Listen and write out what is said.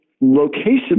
location